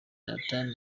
nathan